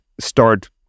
start